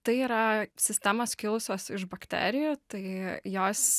tai yra sistemos kilusios iš bakterijų tai jos